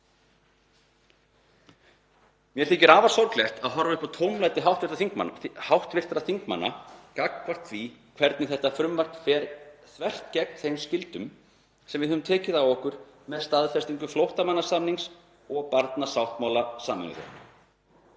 Mér þykir afar sorglegt að horfa upp á tómlæti hv. þingmanna gagnvart því hvernig þetta frumvarp gengur þvert gegn þeim skyldum sem við höfum tekið á okkur með staðfestingu flóttamannasamnings og barnasáttmála Sameinuðu